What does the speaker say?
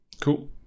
Cool